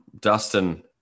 Dustin